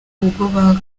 ubwo